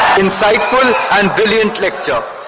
insightful and brilliant lecture